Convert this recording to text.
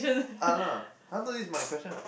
art lah !huh! not this is my question what